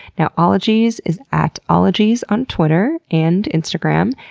you know ologies is at ologies on twitter and instagram.